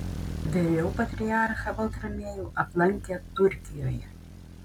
vėliau patriarchą baltramiejų aplankė turkijoje